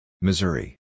Missouri